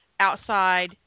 Outside